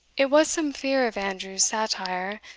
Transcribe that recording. it was some fear of andrew's satire,